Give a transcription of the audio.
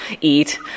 eat